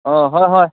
অঁ হয় হয়